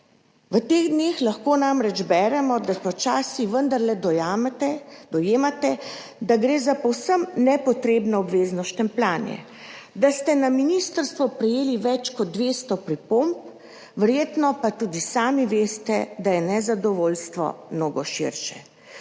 V teh dneh lahko namreč beremo, da počasi vendarle dojemate, da gre za povsem nepotrebno obvezno štempljanje, da ste na ministrstvo prejeli več kot 200 pripomb, verjetno pa tudi sami veste, da je nezadovoljstvo mnogo širše.